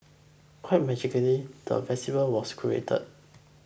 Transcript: quite magically the festival was created